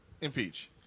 Impeach